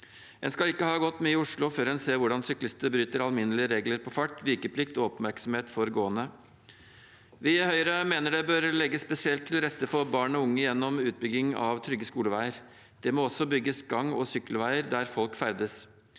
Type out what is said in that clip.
En skal ikke ha gått mye i Oslo før en ser hvordan syklister bryter alminnelige regler for fart, vikeplikt og oppmerksomhet for gående. Vi i Høyre mener det bør legges spesielt til rette for barn og unge gjennom utbygging av trygge skoleveier. Det må også bygges gang- og sykkelveier der folk ferdes.